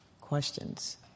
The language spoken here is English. questions